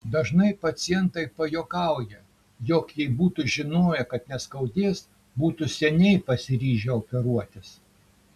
dažnai pacientai pajuokauja jog jei būtų žinoję kad neskaudės būtų seniai pasiryžę operuotis